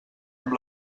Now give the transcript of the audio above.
amb